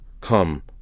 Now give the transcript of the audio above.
come